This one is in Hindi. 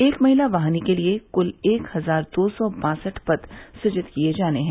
एक महिला वाहिनी के लिए कुल एक हजार दो सौ बासठ पद सुजित किये जाने है